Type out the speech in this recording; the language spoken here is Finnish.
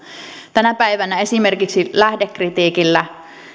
tänä päivänä esimerkiksi lähdekritiikillä